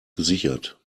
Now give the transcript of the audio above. gesichert